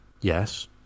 Yes